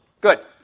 Good